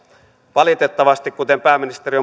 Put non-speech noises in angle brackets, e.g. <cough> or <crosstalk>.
valitettavasti kuten pääministeri <unintelligible>